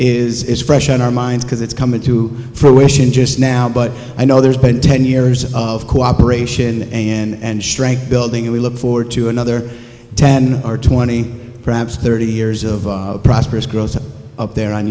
is is fresh on our minds because it's coming to fruition just now but i know there's been ten years of cooperation and strength building and we look forward to another ten or twenty perhaps thirty years of prosperous girls up there on